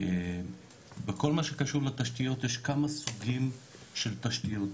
בכל מה שקשור לתשתיות יש כמה סוגים של תשתיות,